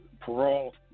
parole